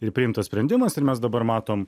ir priimtas sprendimas ir mes dabar matom